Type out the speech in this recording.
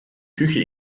küche